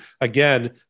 Again